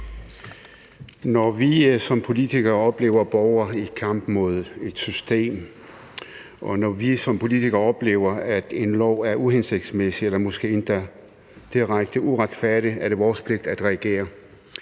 Når vi som politikere oplever borgere i kamp mod et system, og når vi som politikere oplever, at en lov er uhensigtsmæssig eller måske endda direkte uretfærdig, er det vores pligt at reagere,